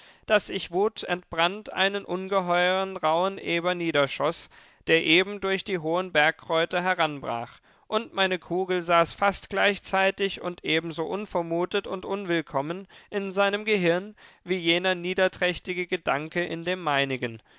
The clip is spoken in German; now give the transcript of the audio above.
daß ich wutentbrannt einen ungeheuren rauhen eber niederschoß der eben durch die hohen bergkräuter heranbrach und meine kugel saß fast gleichzeitig und ebenso unvermutet und unwillkommen in seinem gehirn wie jener niederträchtige gedanke in dem meinigen